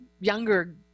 younger